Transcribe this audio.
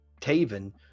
Taven